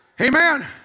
Amen